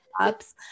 ups